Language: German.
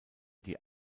die